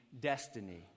destiny